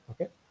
okay